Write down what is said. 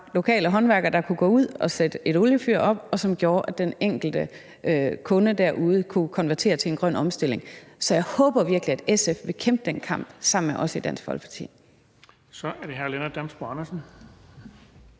lokale håndværkere, der kunne gå ud og sætte et oliefyr op, og som gjorde, at den enkelte kunde derude kunne konvertere til en grøn omstilling. Så jeg håber virkelig, at SF vil kæmpe den kamp sammen med os i Dansk Folkeparti. Kl. 11:21 Den fg. formand